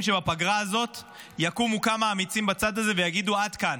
שבפגרה הזאת יקומו כמה אמיצים בצד הזה ויגידו: עד כאן.